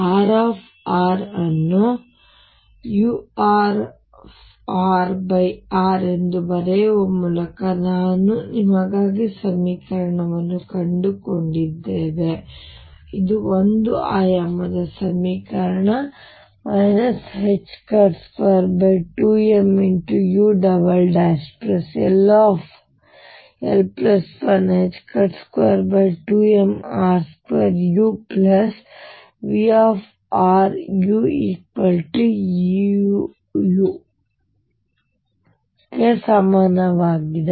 ನಂತರ R ಅನ್ನು urr ಎಂದು ಬರೆಯುವ ಮೂಲಕ ನಾವು ನಿಮಗಾಗಿ ಸಮೀಕರಣವನ್ನು ಕಂಡುಕೊಂಡಿದ್ದೇವೆ ಅದು ಒಂದು ಆಯಾಮದ ಸಮೀಕರಣ 22mull122mr2uVruEu ಇದು 22muveffruEu ಗೆ ಸಮನಾಗಿದೆ